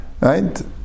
Right